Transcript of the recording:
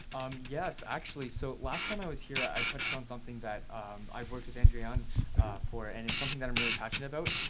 um yes. actually, so last time i was here, i touched on something that i've worked with andreanne for and it's something that i'm really passionate about.